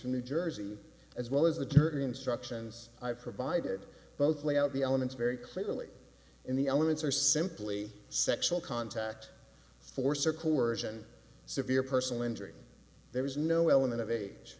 from new jersey as well as the jury instructions i've provided both lay out the elements very clearly in the elements are simply sexual contact force or coersion severe personal injury there is no element of age